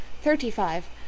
thirty-five